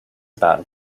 about